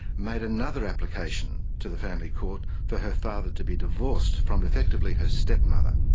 made another application to the family court for her father to be divorced from effectively her stepmother.